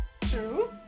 True